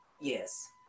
yes